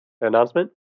announcement